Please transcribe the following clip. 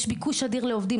יש ביקוש אדיר לעובדים,